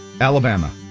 Alabama